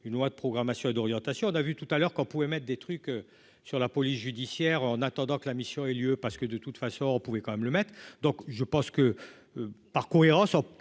une loi de programmation et d'orientation, on a vu tout à l'heure qu'on pouvait mettre des trucs sur la police judiciaire en attendant que la mission ait lieu, parce que de toute façon on pouvait quand même le mettre, donc je pense que parcourir en 100 pour